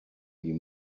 you